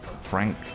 Frank